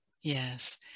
Yes